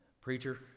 Preacher